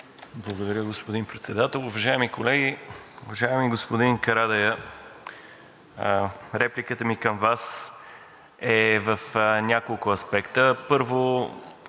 Благодаря, господин Председател. Уважаеми колеги! Уважаеми господин Карадайъ, репликата ми към Вас е в няколко аспекта. Първо,